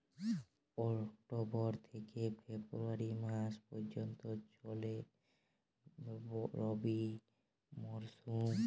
October থেকে February মাস পর্যন্ত চলে রবি মরসুম